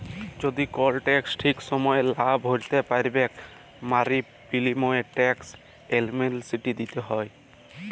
যদি কল টেকস ঠিক সময়ে লা ভ্যরতে প্যারবেক মাফীর বিলীময়ে টেকস এমলেসটি দ্যিতে হ্যয়